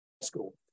school